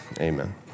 amen